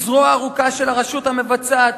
שהיא זרוע ארוכה של הרשות המבצעת,